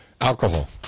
Alcohol